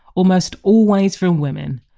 almost always from women,